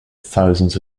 thousands